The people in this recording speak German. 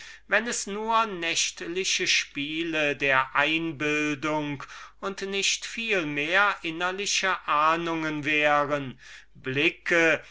wenn es nur nächtliche spiele der phantasie und nicht vielmehr innerliche ahnungen wären blicke